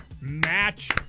match